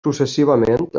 successivament